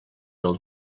del